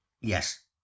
Yes